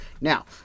now